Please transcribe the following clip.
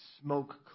smoke